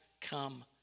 come